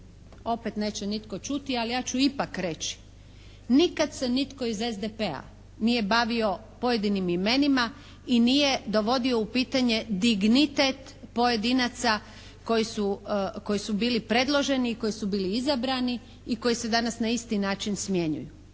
opet neće nitko čuti, ali ja ću ipak reći. Nikad se nitko iz SDP-a nije bavio pojedinim imenima i nije dovodio u pitanje dignitet pojedinaca koji su bili predloženi i koji su bili izabrani i koji se danas na isti način smjenjuju.